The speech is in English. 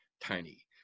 tiny